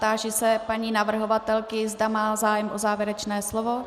Táži se paní navrhovatelky, zda má zájem o závěrečné slovo.